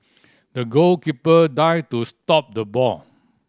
the goalkeeper dived to stop the ball